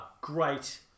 Great